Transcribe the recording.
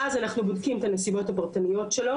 ואז אנחנו בודקים את הנסיבות הפרטניות שלו